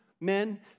men